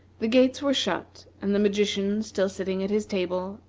the gates were shut, and the magician still sitting at his table,